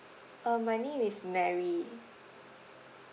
uh my name is mary